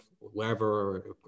wherever